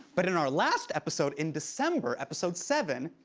but in our last episode in december, episode seven,